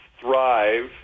thrive